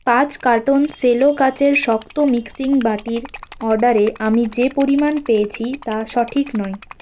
পাঁচ carton Cello কাঁচের শক্ত মিক্সিং বাটির অর্ডারে আমি যে পরিমাণ পেয়েছি তা সঠিক নয়